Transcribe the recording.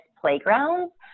playgrounds